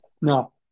no